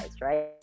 right